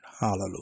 Hallelujah